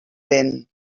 ven